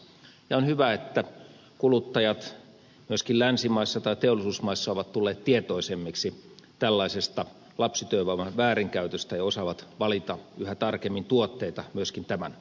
on hyvä että kuluttajat myöskin teollisuusmaissa ovat tulleet tietoisemmiksi tällaisesta lapsityövoiman väärinkäytöstä ja osaavat valita yhä tarkemmin tuotteita myöskin tämän pohjalta